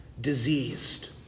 diseased